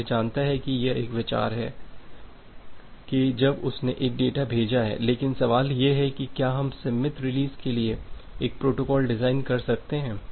तो यह जानता है कि यह एक विचार है कि जब उसने एक डेटा भेजा है लेकिन सवाल यह है कि क्या हम सममित रिलीज के लिए एक प्रोटोकॉल डिज़ाइन कर सकते हैं